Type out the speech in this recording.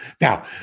Now